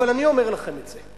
אבל אני אומר לכם את זה,